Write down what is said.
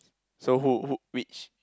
so who who which